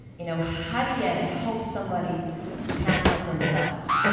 you know, how do you help somebody who can't help themselves?